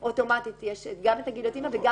ולכן אוטומטית יש גם את הגיליוטינה וגם